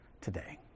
today